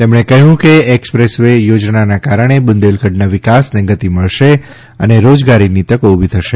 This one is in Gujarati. તેમણે કહ્યું કે એક્સપ્રેસ વે યોજનાના કારણે બુદેલખંડના વિકાસને ગતિ મળશે અને રોજગારીની તકો ઉભી થશે